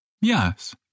Yes